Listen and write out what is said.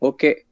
Okay